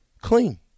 clean